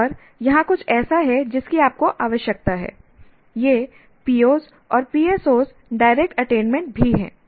और यहाँ कुछ ऐसा है जिसकी आपको आवश्यकता है यह POs और PSOs डायरेक्ट अटेनमेंट भी है